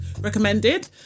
recommended